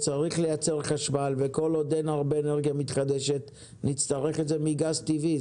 צריך לייצר חשמל וכל עוד אין הרבה אנרגיה מתחדשת נצטרך את זה מגז טבעי,